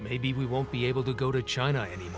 maybe we won't be able to go to china an